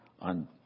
on